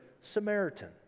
Samaritan